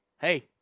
hey